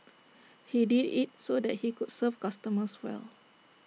he did IT so that he could serve customers well